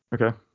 Okay